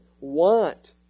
want